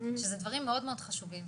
שזה דברים מאוד מאוד חשובים,